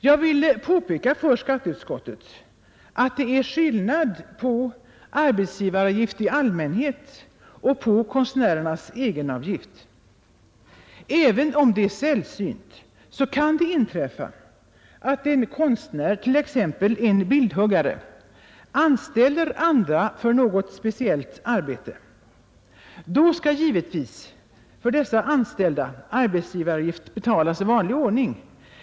Jag vill påpeka för skatteutskottet att det är skillnad på arbetsgivaravgift i allmänhet och på konstnärernas egenavgift. Även om det är sällsynt, kan det inträffa att en konstnär, t.ex. en bildhuggare, anställer andra för något speciellt arbete. Då skall givetvis för dessa anställda arbetsgivaravgift betalas i vanlig ordning.